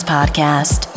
Podcast